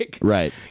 Right